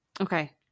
Okay